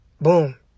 boom